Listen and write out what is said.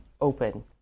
open